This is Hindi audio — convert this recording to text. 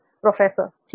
प्रोफेसर ठीक है